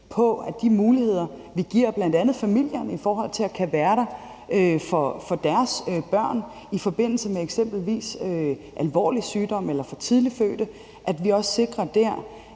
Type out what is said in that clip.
på de muligheder, vi giver til bl.a. familierne i forhold til at kunne være der for deres børn i forbindelse med eksempelvis alvorlig sygdom eller for tidligt fødte børn, så vi også dér sikrer,